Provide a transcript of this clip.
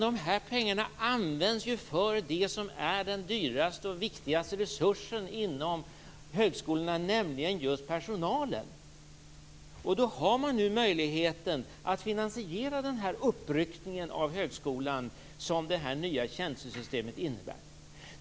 De här pengarna används för det som är den dyraste och viktigaste resursen inom högskolorna, nämligen just personalen. Då har man möjlighet att finansiera den uppryckning av högskolan som det här nya tjänstesystemet innebär.